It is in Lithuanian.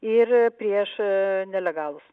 ir prieš nelegalus